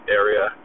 area